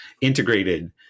integrated